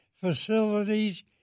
facilities